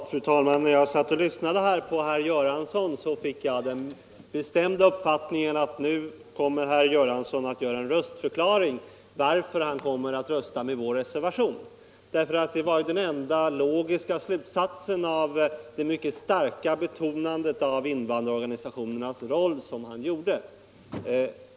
Fru talman! När jag lyssnade på herr Göransson, fick jag den bestämda uppfattningen att nu kommer herr Göransson att avge en röstförklaring och tala om varför han ämnar rösta på vår reservation. Det var ju den enda logiska slutsatsen av herr Göranssons mycket starka betonande av invandrarorganisationernas roll.